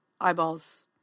eyeballs